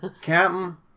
Captain